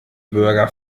bürger